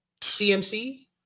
CMC